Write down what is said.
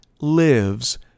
lives